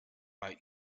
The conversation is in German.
bei